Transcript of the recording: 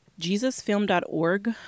Jesusfilm.org